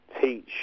Teach